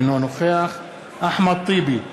אינו נוכח אחמד טיבי,